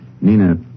Nina